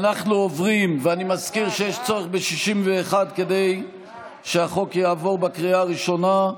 אני מזכיר שיש צורך ב-61 כדי שהחוק יעבור בקריאה הראשונה.